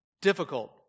Difficult